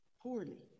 poorly